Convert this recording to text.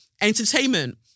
Entertainment